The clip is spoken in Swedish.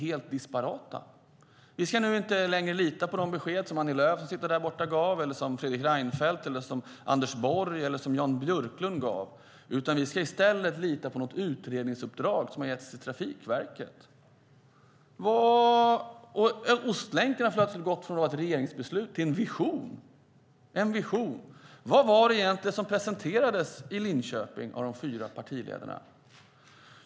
Vi ska nu inte längre lita på de besked som Annie Lööf gav, som nu sitter där borta, som Fredrik Reinfeldt gav, som Anders Borg gav eller som Jan Björklund gav. Vi ska i stället lita på något utredningsuppdrag som getts till Trafikverket. Ostlänken har plötsligt gått från att vara ett regeringsbeslut till att bli en vision. Vad var det egentligen som presenterades i Linköping av de fyra partiledarna?